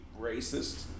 racist